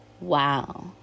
wow